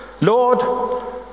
Lord